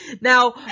Now